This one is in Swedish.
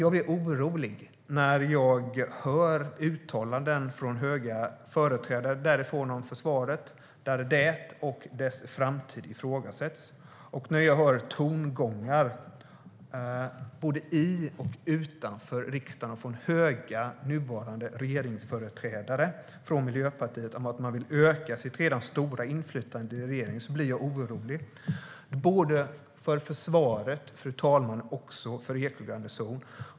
Jag blir orolig när jag därifrån hör uttalanden från höga företrädare om försvaret där det och dess framtid ifrågasätts. Jag blir orolig både för försvaret och för Eksjö garnison, fru talman, när jag hör tongångar både i och utanför riksdagen från höga nuvarande regeringsföreträdare från Miljöpartiet om att man vill öka sitt redan stora inflytande i regeringen.